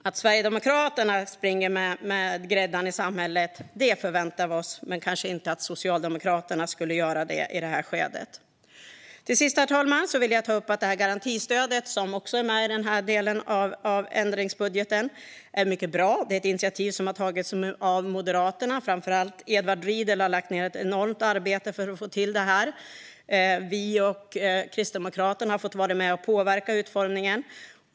Att Sverigedemokraterna skulle springa med gräddan i samhället förväntade vi oss, men kanske inte att Socialdemokraterna skulle göra det i det här skedet. Herr talman! Till sist vill jag ta upp att garantistödet, som också är med i den här delen av ändringsbudgeten, är mycket bra. Det är ett initiativ som har tagits av Moderaterna. Framför allt Edward Riedl har lagt ned ett enormt arbete för att få till det. Vi och Kristdemokraterna har fått vara med och påverka utformningen.